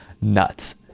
nuts